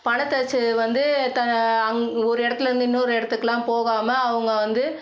பணத்த சே வந்து த அங் ஒரு இடத்துலேந்து இன்னொரு இடத்துக்குலாம் போகாமல் அவங்க வந்து